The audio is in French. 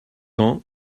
ans